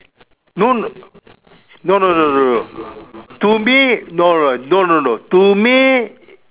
no no no no no to me no no no no no no to me